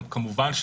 כמובן,